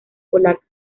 polaca